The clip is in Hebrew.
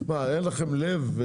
אין לכם לב?